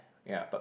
ya but